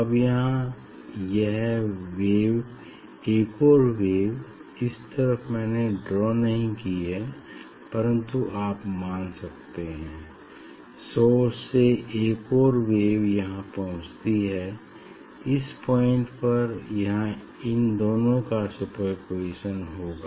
अब यहाँ यह वेव एक और वेव इस तरफ मैंने ड्रॉ नहीं की है परन्तु आप मान सकते हैं सोर्स से एक और वेव यहाँ पहुँचती है इस पॉइंट पर यहाँ इन दोनों का सुपरपोज़िशन होगा